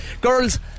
Girls